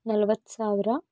ನಲ್ವತ್ತು ಸಾವಿರ